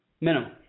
minimum